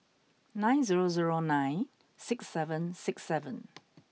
nine zero zero nine six seven six seven